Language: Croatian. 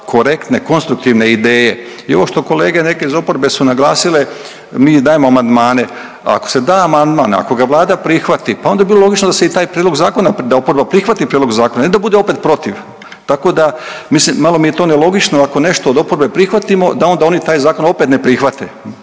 korektne i konstruktivne ideje. I ovo što kolege neke iz oporbe su naglasile mi dajemo amandmane, ako se da amandman, ako ga Vlada prihvati, pa onda bi bilo logično da se i taj prijedlog zakona, da oporba prihvati prijedlog zakona, ne da bude opet protiv. Tako da mislim, malo mi je to nelogično ako nešto od oporbe prihvatimo da onda oni taj zakon opet ne prihvate,